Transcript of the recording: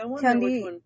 candy